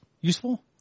useful